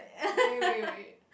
he will wait